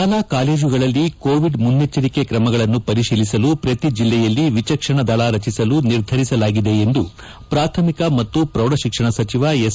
ಶಾಲಾ ಕಾಲೇಜುಗಳಲ್ಲಿ ಕೋವಿಡ್ ಮುನ್ನೆಚ್ಚರಿಕೆ ಕ್ರಮಗಳನ್ನು ಪರಿಶೀಲಿಸಲು ಪ್ರತಿ ಜಿಲ್ಲೆಯಲ್ಲಿ ವಿಚಕ್ಷಣ ದಳ ರಚಿಸಲು ನಿರ್ಧರಿಸಲಾಗಿದೆ ಎಂದು ಪ್ರಾಥಮಿಕ ಹಾಗೂ ಪ್ರೌಢಶಿಕ್ಷಣ ಸಚಿವ ಎಸ್